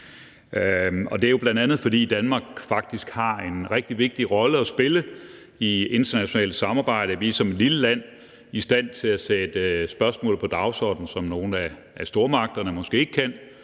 Det er jo bl.a., fordi Danmark faktisk har en rigtig vigtig rolle at spille i internationalt samarbejde. Vi er som et lille land i stand til at sætte spørgsmål på dagsordenen, som nogle af stormagterne måske ikke kan